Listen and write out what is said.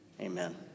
amen